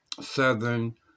southern